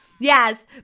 Yes